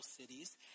cities